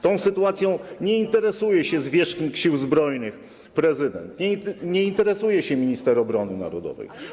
Tą sytuacją nie interesuje się zwierzchnik Sił Zbrojnych, prezydent, nie interesuje się minister obrony narodowej.